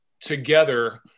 together